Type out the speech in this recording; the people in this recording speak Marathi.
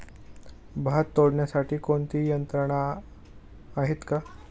भात तोडण्यासाठी कोणती यंत्रणा आहेत का?